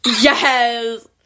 Yes